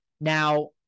Now